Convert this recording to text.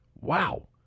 Wow